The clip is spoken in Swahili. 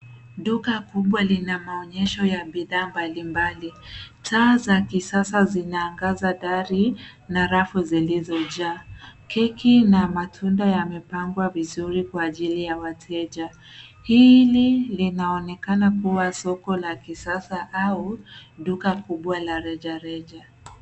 Duka kubwa lina maonyesho ya bidhaa mbalimbali. Taa za kisasa zinaangaza dari na rafu zilizojaa. Keki na matunda yamepangwa vizuri kwa ajili ya wateja. Hili linaonekana kuwa soko la kisasa au duka kubwa la rejareja.